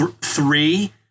three